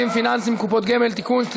לשלול מרוצחים ומאנסים אכזריים, תודה.